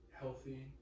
healthy